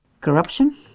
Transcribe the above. Corruption